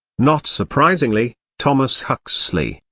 not surprisingly, thomas huxley,